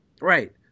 right